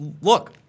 look